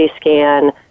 scan